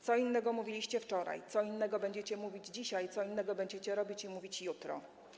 Co innego mówiliście wczoraj, co innego będziecie mówić dzisiaj i co innego będziecie robić i mówić jutro.